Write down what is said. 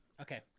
Okay